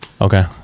okay